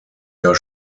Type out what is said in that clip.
jahr